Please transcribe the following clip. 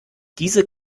diese